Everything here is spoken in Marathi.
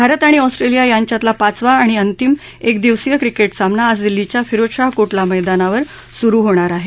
भारत आणि ऑस्ट्रेलिया यांच्यातला पाचवा आणि अंतिम एक दिवसीय क्रिकेट सामना आज दिल्लीच्या फिरोजशाह कोटला मैदानावर होणार आहे